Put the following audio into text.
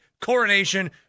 coronation